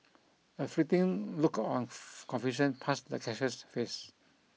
a fleeting look of confusion passed the cashier's face